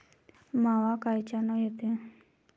मावा कायच्यानं येते?